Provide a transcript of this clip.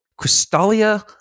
Crystalia